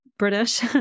British